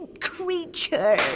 creature